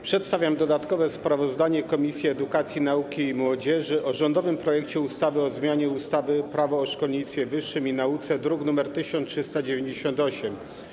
Przedstawiam dodatkowe sprawozdanie Komisji Edukacji, Nauki i Młodzieży o rządowym projekcie ustawy o zmianie ustawy - Prawo o szkolnictwie wyższym i nauce, druk nr 1398.